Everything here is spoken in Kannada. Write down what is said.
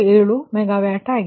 57 ಮೆಗಾವ್ಯಾಟ್ ಆಗಿದೆ